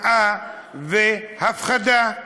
שנאה והפחדה.